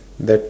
bet